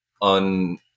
on